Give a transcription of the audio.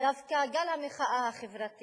דווקא גל המחאה החברתית,